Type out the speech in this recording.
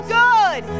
good